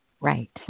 Right